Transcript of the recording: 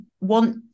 want